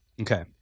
Okay